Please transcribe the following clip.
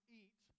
eat